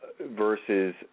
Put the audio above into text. versus